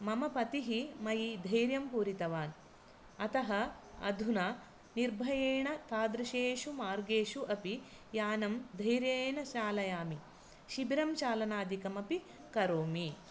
मम पतिः मयि धैर्यं पूरितवान् अतः अधुना निर्भयेण तादृशेषु मार्गेषु अपि यानं धैर्येण चालयामि शिबिरं चालनादिकमपि करोमि